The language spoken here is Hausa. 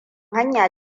hanya